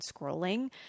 scrolling